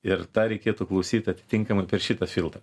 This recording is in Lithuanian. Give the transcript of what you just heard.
ir tą reikėtų klausyt atitinkamai per šitą filtrą